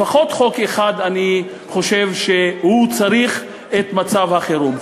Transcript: לפחות חוק אחד אני חושב שצריך את מצב החירום,